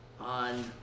on